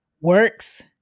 works